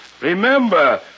Remember